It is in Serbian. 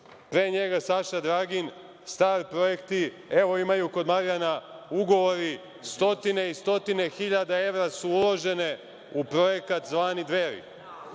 pre njega Saša Dragin, „star projekti“, imaju kod Marijana ugovori, stotine i stotine hiljada evra su uložene u projekat zvani